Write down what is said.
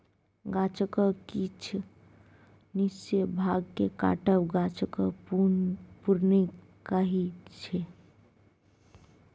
गाछक किछ निश्चित भाग केँ काटब गाछक प्रुनिंग कहाइ छै